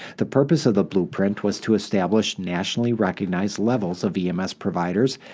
the purpose of the blueprint was to establish nationally-recognized levels of ems providers,